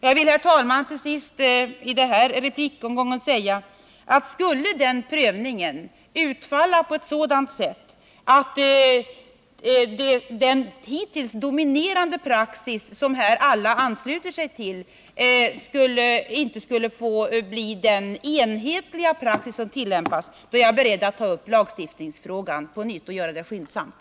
Låt mig, herr talman, till sist i den här replikomgången säga att skulle prövningen utfalla på ett sådant sätt att den hittills dominerande praxis, som alla här ansluter sig till, inte blir den enhetliga praxis som tillämpas är jag beredd att ta upp lagstiftningsfrågan och göra det skyndsamt.